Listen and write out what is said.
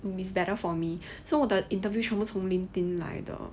is better for me so 我的 interview 全部从 linkedin 来的